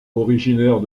originaires